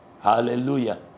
Hallelujah